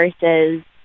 versus